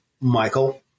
Michael